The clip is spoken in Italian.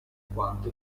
quanto